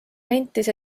nentis